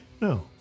No